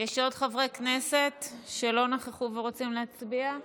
יש עוד חברי כנסת שלא נכחו ורוצים להצביע?